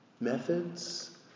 Methods